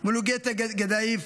רס"ל מולגטה גדיף,